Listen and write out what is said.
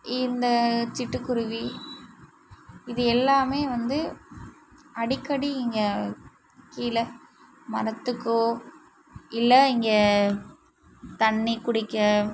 இந்த சிட்டுக்குருவி இது எல்லாம் வந்து அடிக்கடி இங்கே கீழே மரத்துக்கோ இல்லை இங்கே தண்ணிர் குடிக்க